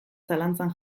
zalantzan